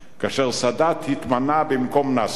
כאשר סאדאת התמנה במקום נאצר,